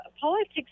politics